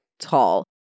tall